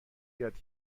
یاد